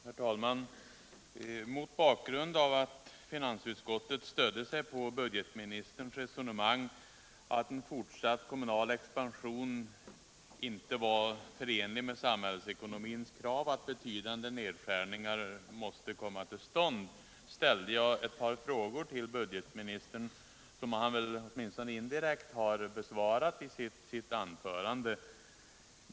Herr talman! Mot bakgrund av att finansutskottet stödde sig på budgetministerns resonemang om att en fortsatt kommunal expansion inte var förenlig med samhällsekonomins krav och att betydande nedskärningar måste komma till stånd ställde jag ett par frågor till budgetministern, som han väl åtminstone indirekt har besvarat i sitt anförande.